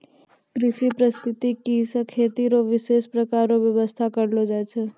कृषि परिस्थितिकी से खेती रो विशेष प्रकार रो व्यबस्था करलो जाय छै